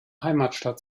heimatstadt